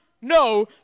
No